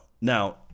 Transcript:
Now